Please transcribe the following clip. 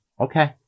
Okay